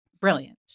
Brilliant